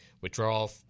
withdrawal